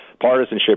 partisanship